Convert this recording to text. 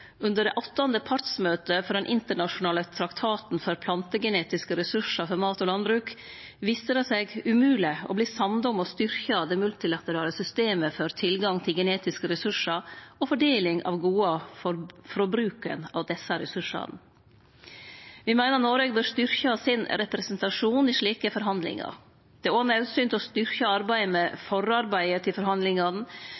Under det åttande partsmøtet for Den internasjonale traktaten for plantegenetiske ressursar for mat og landbruk viste det seg umogleg å bli samde om å styrkje det multilaterale systemet for tilgang til genetiske ressursar og fordeling av goda frå bruken av desse ressursane. Me meiner Noreg bør styrkje sin representasjon i slike forhandlingar. Det er òg naudsynt å styrkje forarbeidet til forhandlingane med